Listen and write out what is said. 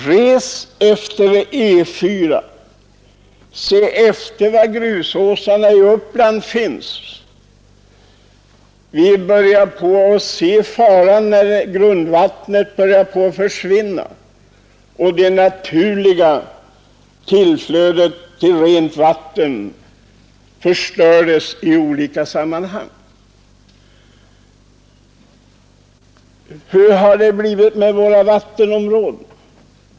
Res efter E 4, se efter var grusåsarna i Uppland finns! Vi börjar se faran när grundvattnet börjar försvinna och det naturliga tillflödet av rent vatten förstörs. Hur har det blivit med våra vattenområden?